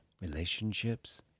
relationships